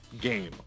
game